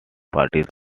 parties